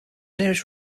nearest